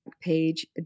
Page